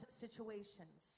situations